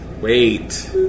wait